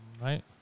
Right